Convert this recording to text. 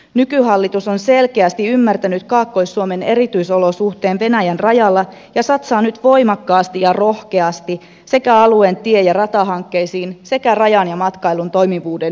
nykyhallitus on selkeästi ymmärtänyt kaakkois suomen erityisolosuhteen venäjän rajalla ja satsaa nyt voimakkaasti ja rohkeasti sekä alueen tie ja ratahankkeisiin että rajan ja matkailun toimivuuden edistämiseen